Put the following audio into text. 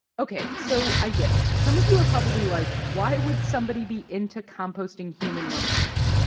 ok, so i get it. some of you are probably like, why would somebody be into composting human remains?